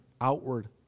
Outward